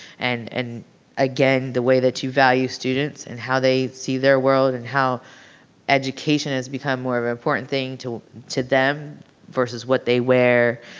and and again the way that you value students and how they see their world and how education has become more of an important thing to to them versus what they wear,